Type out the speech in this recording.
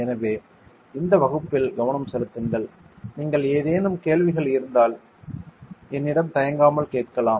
எனவே இந்த வகுப்பில் கவனம் செலுத்துங்கள் நீங்கள் ஏதேனும் கேள்விகள் இருந்தால் என்னிடம் தயங்காமல் கேட்கலாம்